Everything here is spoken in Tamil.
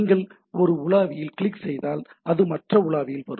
நீங்கள் ஒரு உலாவியில் கிளிக் செய்தால் அது மற்ற உலாவியில் வரும்